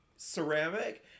ceramic